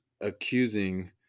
accusing